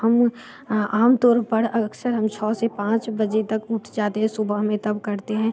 हम आम तौड़ पर अक्सर हम छः से पाँच बजे तक उठ जाते हैं सुबह में तब करते हैं